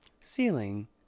Ceiling